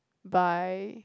by